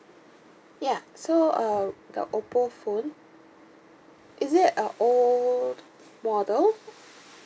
ya so uh the Oppo phone is it a old model